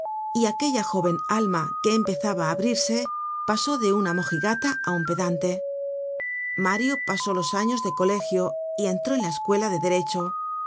y aquella jóven alma que empezaba á abrirse pasó de una mojigata á un pedante mario pasó losanos de colegio y entró en la escuela de derecho